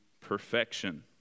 perfection